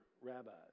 rabbis